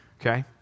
Okay